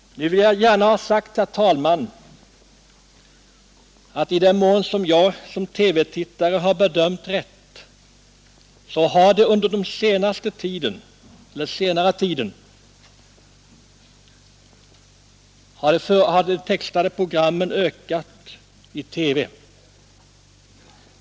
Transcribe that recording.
Nu vill jag gärna ha sagt, herr talman, att jag tror mig ha funnit att under senare tid de textade programmens antal har ökat i TV.